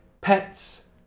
pets